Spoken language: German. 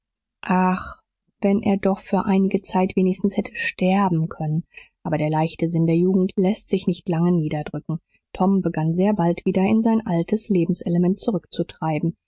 ach wenn er doch für einige zeit wenigstens hätte sterben können aber der leichte sinn der jugend läßt sich nicht lange niederdrücken tom begann sehr bald wieder in sein altes lebenselement zurückzutreiben